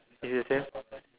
is it then